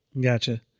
Gotcha